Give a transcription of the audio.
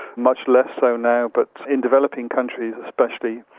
much less so now. but in developing countries especially,